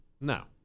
Now